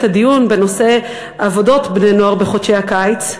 הדיון בנושא עבודות בני-נוער בחודשי הקיץ.